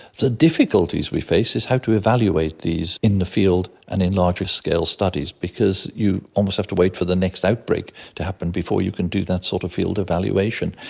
the difficulties we face is how to evaluate these in the field and in larger-scale studies because you almost have to wait for the next outbreak to happen before you can do that sort of field evaluation.